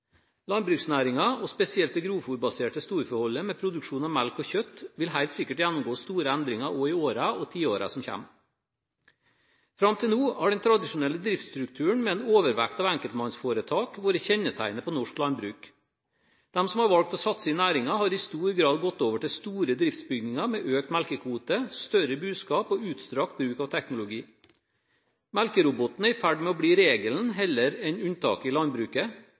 og spesielt det grovfôrbaserte storfeholdet med produksjon av melk og kjøtt, vil helt sikkert gjennomgå store endringer også i årene og tiårene som kommer. Fram til nå har den tradisjonelle driftsstrukturen, med en overvekt av enkeltmannsforetak, vært kjennetegnet på norsk landbruk. De som har valgt å satse i næringen, har i stor grad gått over til store driftsbygninger med økt melkekvote, større buskap og utstrakt bruk av teknologi. Melkeroboten er i ferd med å bli regelen heller enn unntaket i landbruket,